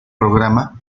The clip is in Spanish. programa